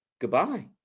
goodbye